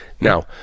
Now